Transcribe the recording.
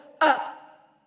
up